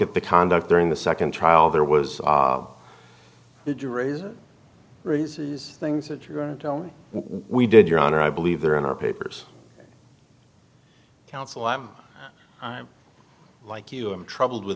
at the conduct during the second trial there was the jury's raises things that you're going to tell me we did your honor i believe there in our papers counsel i'm i'm like you i'm troubled with